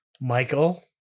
Michael